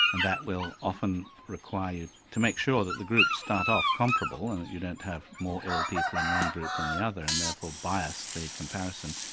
and that will often require you to make sure that the groups start off comparable and that you don't have more ill people in one group than the other and therefore bias the comparison.